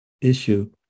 issue